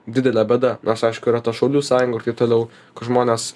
didelė bėda nors aišku yra tų šaulių sąjungų ir taip toliau kad žmonės